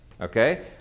Okay